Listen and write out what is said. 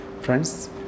friends